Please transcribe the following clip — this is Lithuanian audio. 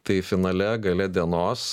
tai finale gale dienos